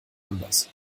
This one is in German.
anders